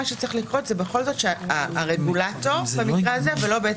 מה שצריך לקרות זה שהרגולטור במקרה הזה ולא בית